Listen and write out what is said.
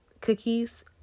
cookies